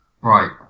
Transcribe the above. Right